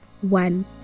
one